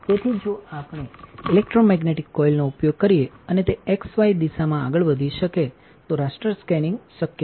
તેથીજો આપણે ઇલેક્ટ્રોમેગ્નેટિક કોઇલનો ઉપયોગ કરીએ અને તે XY દિશામાં આગળ વધી શકે તોરાસ્ટર સ્કેનીંગશક્ય છે